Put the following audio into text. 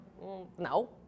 no